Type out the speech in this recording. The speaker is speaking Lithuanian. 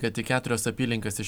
kad tik keturios apylinkės iš